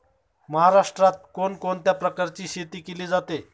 महाराष्ट्रात कोण कोणत्या प्रकारची शेती केली जाते?